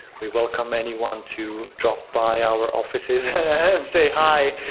we welcome anyone to drop by our offices say hi.